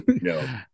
No